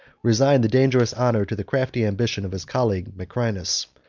resigned the dangerous honor to the crafty ambition of his colleague macrinus,